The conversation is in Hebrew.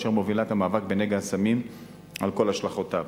אשר מובילה את המאבק בנגע הסמים על כל השלכותיו.